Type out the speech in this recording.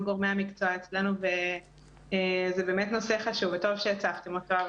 גורמי המקצוע אצלנו וזה באמת נושא חשוב וטוב שהצפתם אותו,